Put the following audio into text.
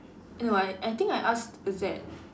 eh no why I think I asked that